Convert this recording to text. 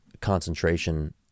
concentration